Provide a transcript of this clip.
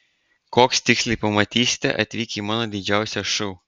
koks tiksliai pamatysite atvykę į mano didžiausią šou